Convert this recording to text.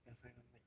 ya fine fine fine